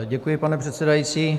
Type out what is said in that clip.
Děkuji, pane předsedající.